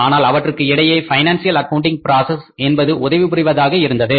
ஆனால் அவற்றுக்கு இடையே பைனான்சியல் அக்கவுண்டில் பிராசஸ் என்பது உதவி புரிவதாக இருந்தது